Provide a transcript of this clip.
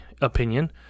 opinion